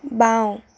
বাঁও